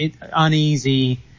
uneasy